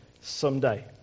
someday